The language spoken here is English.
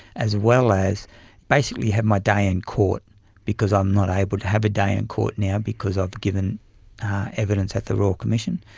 as well as basically have my day in court because i'm not able to have a day in court now because i've given evidence at the royal commission.